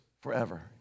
forever